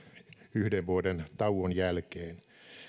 yhden vuoden tauon jälkeen